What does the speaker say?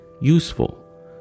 useful